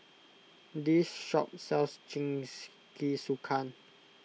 this shop sells Jingisukan